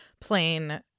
plain